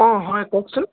অঁ হয় কওকচোন